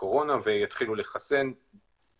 לכן גם אם נתחיל לחסן מוקדם,